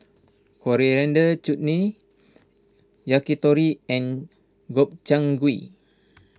Coriander Chutney Yakitori and Gobchang Gui